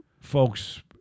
folks